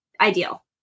ideal